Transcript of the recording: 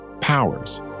powers